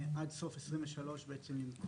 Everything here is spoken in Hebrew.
תעודת קצין, לקחו